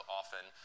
often